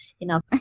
Enough